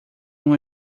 uma